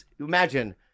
Imagine